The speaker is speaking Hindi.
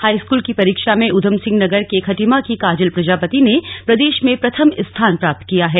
हाईस्कूल की परीक्षा में उधमसिंनगर के खटीमा की काजल प्रजापति ने प्रदेश में प्रथम स्थान प्राप्त किया है